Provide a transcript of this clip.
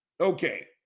okay